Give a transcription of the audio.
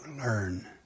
learn